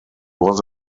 was